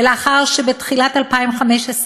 ולאחר שבתחילת 2015,